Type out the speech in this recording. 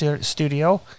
studio